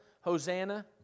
Hosanna